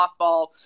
softball